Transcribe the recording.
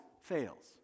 fails